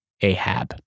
Ahab